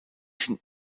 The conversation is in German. sind